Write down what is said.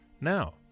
Now